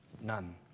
None